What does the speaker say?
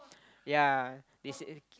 ya they say